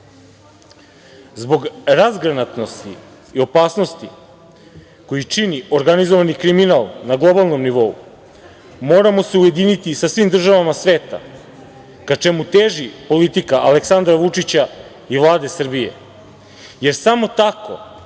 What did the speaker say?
zbog razgranatosti i opasnosti koju čini organizovani kriminal na globalnom nivou, moramo se ujediniti sa svim državama sveta, ka čemu teži politika Aleksandra Vučića i Vlade Srbije, jer samo tako